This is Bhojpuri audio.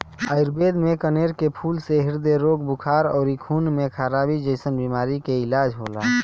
आयुर्वेद में कनेर के फूल से ह्रदय रोग, बुखार अउरी खून में खराबी जइसन बीमारी के इलाज होला